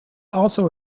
also